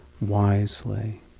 wisely